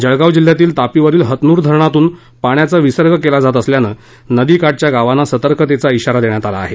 जळगाव जिल्ह्यातील तापी वरील हतनुर धरणातून पाण्याचा विसर्ग केला जात असल्यानं नदी काठच्या गावांना सतर्कतेचा इशारा देण्यात आला आहे